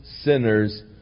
sinners